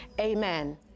Amen